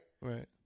Right